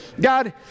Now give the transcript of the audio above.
God